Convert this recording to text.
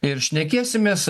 ir šnekėsimės